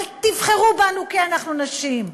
אל תבחרו בנו כי אנחנו נשים,